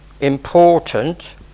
important